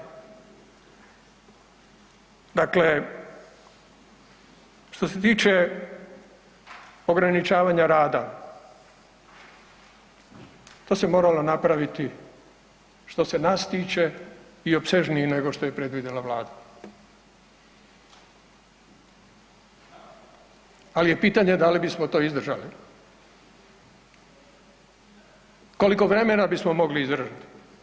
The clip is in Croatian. Dakle, što se tiče ograničavanja rada to se moralo napraviti što se nas tiče i opsežnije nego što je predvidjela Vlada, ali je pitanje da li bismo to izdržali, koliko vremena bismo mogli izdržati.